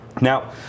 Now